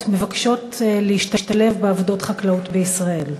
מבקשות להשתלב בעבודות חקלאות בישראל.